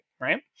right